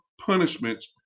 punishments